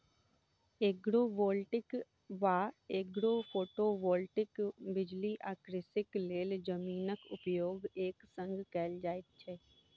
agrovoltaic वा agrophotovoltaic बिजली आ कृषिक लेल जमीनक उपयोग एक संग कयल जाइत छै